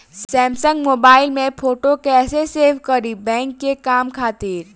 Samsung mobile में photo कैसे save करीं बैंक के काम खातिर?